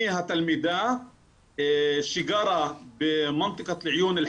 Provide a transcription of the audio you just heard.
אני התלמידה שגרה, מה